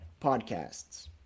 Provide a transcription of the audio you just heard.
podcasts